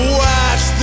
watch